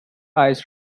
eyes